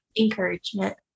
encouragement